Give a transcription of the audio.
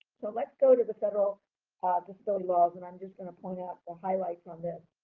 so, let's go to the federal disability laws. and i'm just going to point out the highlights on this.